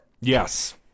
Yes